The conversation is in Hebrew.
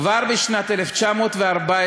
כבר בשנת 1914,